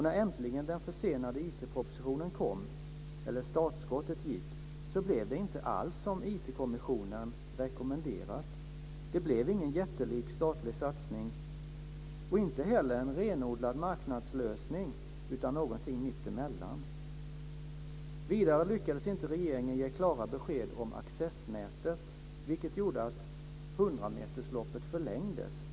När äntligen den försenade IT-propositionen kom, dvs. när startskottet gick, blev det inte alls så som IT-kommissionen rekommenderat. Det blev ingen jättelik statlig satsning och inte heller en renodlad marknadslösning, utan någonting mitt emellan. Vidare lyckades regeringen inte ge klara besked om accessnätet, vilket gjorde att 100-metersloppet förlängdes.